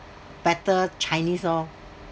better chinese orh